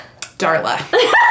Darla